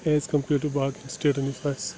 as compared to باقیَن سٹیٹَن یُس آسہِ